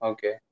Okay